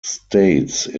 states